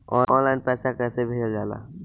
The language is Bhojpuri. ऑनलाइन पैसा कैसे भेजल जाला?